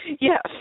Yes